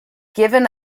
given